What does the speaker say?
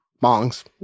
mongs